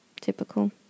typical